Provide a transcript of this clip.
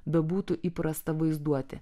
bebūtų įprasta vaizduoti